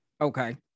Okay